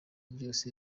byose